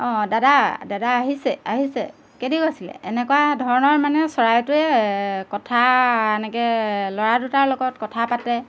অঁ দাদা দাদা আহিছে আহিছে কেনি গৈছিলে এনেকুৱা ধৰণৰ মানে চৰাইটোৱে কথা এনেকৈ ল'ৰা দুটাৰ লগত কথা পাতে